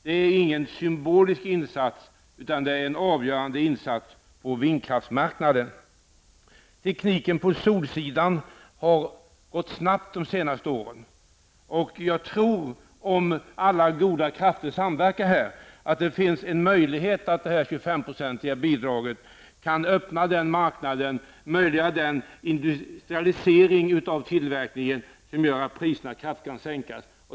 Det är ingen symbolisk insats utan en avgörande insats på vindkraftsmarknaden. Tekniken på solsidan har gått snabbt under de senaste åren. Jag tror att det om alla goda krafter samverkar här finns en möjlighet att det 25 procentiga bidraget kan öppna marknaden och möjliggöra en industrialisering av tillverkningen som gör att priserna kraftigt kan sänkas.